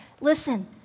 Listen